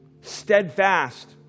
Steadfast